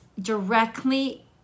directly